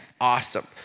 awesome